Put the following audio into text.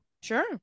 sure